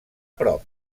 prop